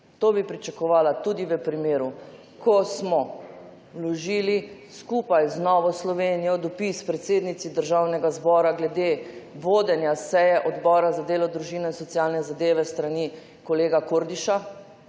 To bi pričakovala tudi v primeru, ko smo vložili skupaj z Novo Slovenijo dopis predsednici Državnega zbora glede vodenja seje Odbora za delo, družino in socialne zadeve s strani kolega Kordiša,